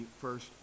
first